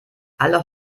alle